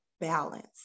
balance